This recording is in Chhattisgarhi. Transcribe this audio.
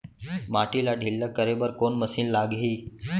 माटी ला ढिल्ला करे बर कोन मशीन लागही?